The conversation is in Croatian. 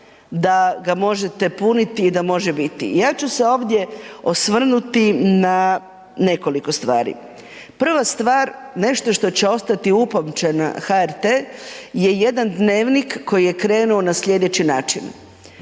da ga možete puniti i da može biti. Ja ću se ovdje osvrnuti na nekoliko stvari. Prva stvar nešto što će ostati upamćena HRT-e je jedan dnevnik koji je krenuo na sljedeći način